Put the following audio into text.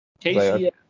Casey